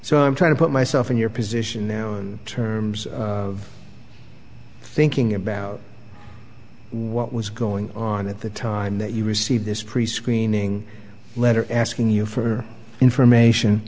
so i'm trying to put myself in your position in terms of thinking about what was going on at the time that you received this prescreening letter asking you for information